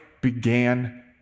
began